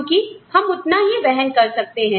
क्योंकि हम उतना ही वहन कर सकते हैं